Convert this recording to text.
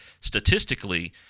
Statistically